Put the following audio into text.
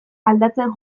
aldatzen